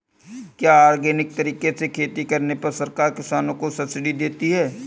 क्या ऑर्गेनिक तरीके से खेती करने पर सरकार किसानों को सब्सिडी देती है?